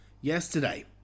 yesterday